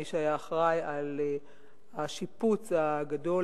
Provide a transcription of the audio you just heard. מי שהיה אחראי לשיפוץ הגדול,